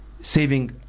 saving